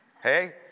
Hey